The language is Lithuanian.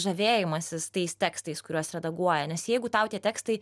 žavėjimasis tais tekstais kuriuos redaguoja nes jeigu tau tie tekstai